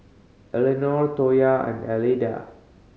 Elenor Toya and Alida